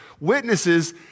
witnesses